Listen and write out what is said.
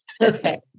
Okay